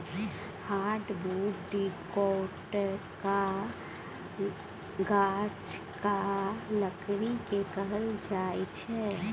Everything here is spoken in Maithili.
हार्डबुड डिकौटक गाछक लकड़ी केँ कहल जाइ छै